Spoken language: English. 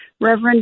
Reverend